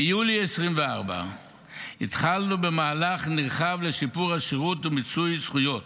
ביולי 2024 התחלנו במהלך נרחב לשיפור השירות ומיצוי זכויות.